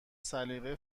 سلیقه